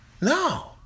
No